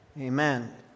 Amen